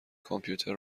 کامپیوتر